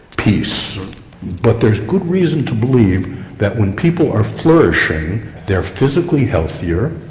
peace but there's good reason to believe that when people are flourishing they're physically healthier,